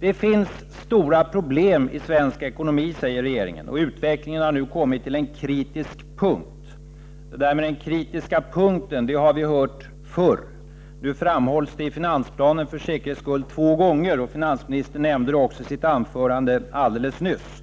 Det finns stora problem i svensk ekonomi, säger regeringen, och utvecklingen har nu kommit till en kritisk punkt. Det där med den kritiska punkten har vi hört förr. Nu framhålls det i finansplanen för säkerhets skull två gånger! Finansministern nämnde det också i sitt anförande alldeles nyss.